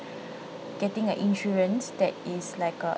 getting an insurance that is like a